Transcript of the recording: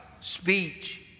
speech